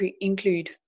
include